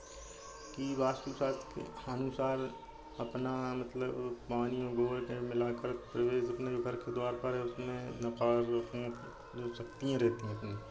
कि वस्तु शास्त्र के अनुसार अपना मतलब पानी को मिल कर प्रवेश अपने बर्क द्वार पर अपने नपा जो चप्पल रहती है अपनी